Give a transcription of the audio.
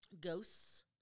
ghosts